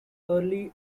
early